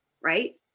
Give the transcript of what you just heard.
right